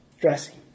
dressing